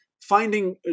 finding